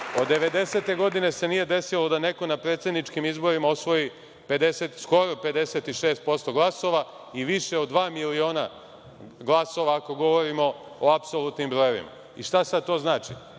Od 1990. godine se nije desilo da neko na predsedničkim izborima osvoji skoro 56% glasova i više od dva miliona glasova, ako govorimo o apsolutnim brojevima. Šta sad to znači?